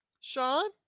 Sean